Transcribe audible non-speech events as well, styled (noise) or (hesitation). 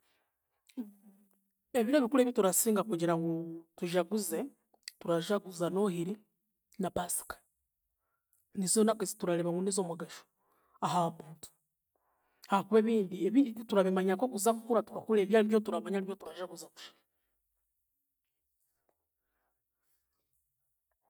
Ebiro ebikuru ebiturasinga kugira ngu (hesitation) tujaguze, turajaguza Noohiri na Paasika, nizo naku eziturareeba ngu n'ez'omugasho aha muntu. Haakuba ebindi, ebindi titurabimanya nk'okuza kukura, tukakura ebyo aribyo turamanya turajaguza kusha.